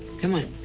come on.